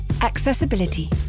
accessibility